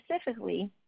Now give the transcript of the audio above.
specifically